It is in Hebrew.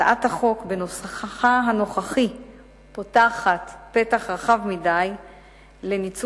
הצעת החוק בנוסחה הנוכחי פותחת פתח רחב מדי לניצול